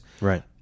right